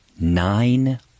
Nine